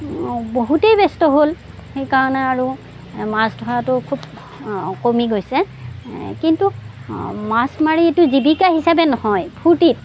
বহুতেই ব্য়স্ত হ'ল সেইকাৰণে আৰু মাছ ধৰাতো খুব কমি গৈছে কিন্তু মাছ মাৰি সেইটো জীৱিকা হিচাপে নহয় ফূৰ্তিত